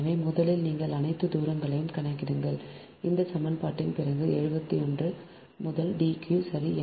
எனவே முதலில் நீங்கள் அனைத்து தூரங்களையும் கணக்கிடுங்கள் அந்த சமன்பாட்டிற்குப் பிறகு 71 முதல் D q சரி